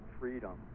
freedom